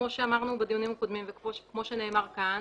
כמו שאמרנו בדיונים הקודמים וכמו שנאמר כאן,